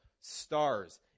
stars